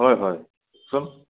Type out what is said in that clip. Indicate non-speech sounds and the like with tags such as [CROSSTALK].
হয় হয় [UNINTELLIGIBLE]